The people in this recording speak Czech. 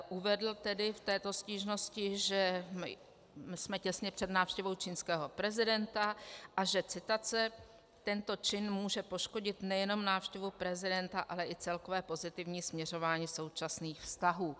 Uvedl tedy v této stížnosti, že jsme těsně před návštěvou čínského prezidenta a že citace tento čin může poškodit nejenom návštěvu prezidenta, ale i celkové pozitivní směřování současných vztahů.